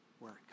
work